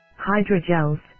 hydrogels